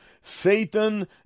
Satan